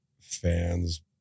fans